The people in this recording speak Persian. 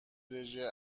رژه